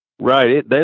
Right